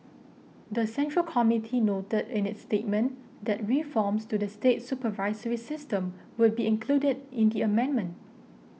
the Central Committee noted in its statement that reforms to the state supervisory system would be included in the amendment